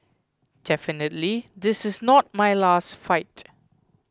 definitely this is not my last fight